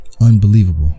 Unbelievable